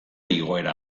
igoera